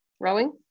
rowing